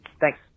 thanks